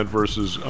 versus